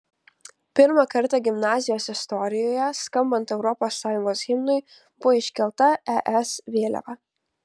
pirmą kartą gimnazijos istorijoje skambant europos sąjungos himnui buvo iškelta es vėliava